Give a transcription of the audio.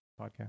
podcast